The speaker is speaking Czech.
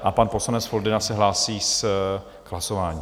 A pan poslanec Foldyna se hlásí k hlasování.